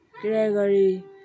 Gregory